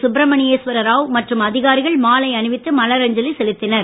சுப்ரமணியேஸ்வர ராவ் மற்றும் அதிகாரிகள் மாலை அணிவித்து மலரஞ்சலி செலுத்தினர்